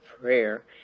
prayer